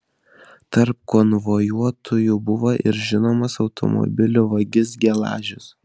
tarp konvojuotųjų buvo ir žinomas automobilių vagis gelažius